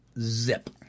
zip